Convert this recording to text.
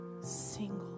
single